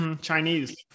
Chinese